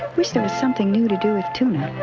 which there is something new to do with tuna.